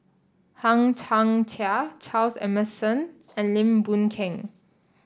Hang Chang Chieh Charles Emmerson and Lim Boon Keng